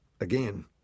again